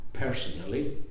personally